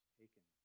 taken